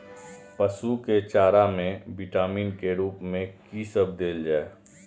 पशु के चारा में विटामिन के रूप में कि सब देल जा?